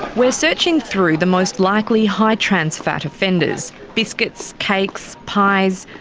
we're searching through the most likely high trans fat offenders, biscuits, cakes, pies,